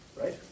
right